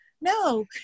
no